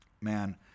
Man